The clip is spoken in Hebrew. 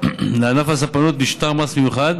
לענף הספנות משטר מס מיוחד,